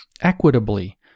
Equitably